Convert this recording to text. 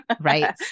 Right